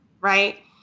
Right